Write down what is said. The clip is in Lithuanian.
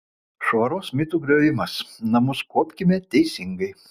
švaros mitų griovimas namus kuopkime teisingai